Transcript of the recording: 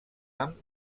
amb